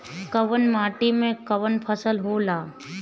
कवन माटी में कवन फसल हो ला?